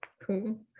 Cool